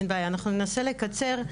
אין בעיה, אנחנו ננסה לקצר.